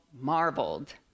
marveled